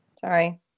Sorry